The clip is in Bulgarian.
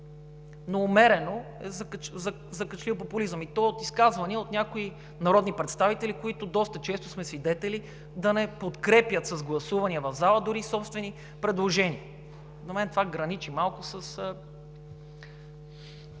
е умерено закачлив популизъм, и то от изказвания на някои народни представители, които доста често сме свидетели да не подкрепят с гласувания в залата дори и собствени предложения. За мен това граничи малко с…